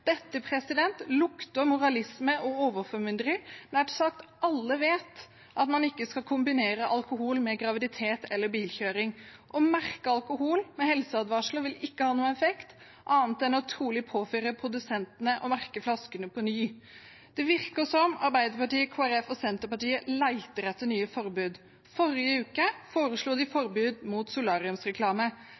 Dette lukter moralisme og overformynderi. Nær sagt alle vet at man ikke skal kombinere alkohol med graviditet eller bilkjøring. Å merke alkohol med helseadvarsler vil ikke ha noen effekt annet enn trolig å pålegge produsentene å merke flaskene på ny. Det virker som om Arbeiderpartiet, Kristelig Folkeparti og Senterpartiet leter etter nye forbud. Forrige uke foreslo de forbud mot solariumsreklame,